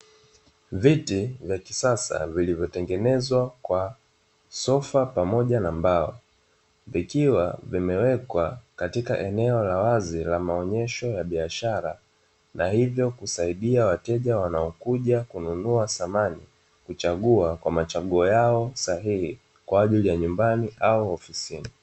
Viti vya kisasa vilivyotengenezwa kwa sofa pamoja na mbao vikiwa vimewekwa katika eneo la wazi la maonyesho ya biashara, na hivyo kusaidia wateja wanaokuja kununua samani kuchagua kwa machaguo yao sahihi kwa ajili ya nyumbani au ofisini.